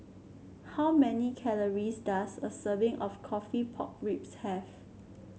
how many calories does a serving of coffee Pork Ribs have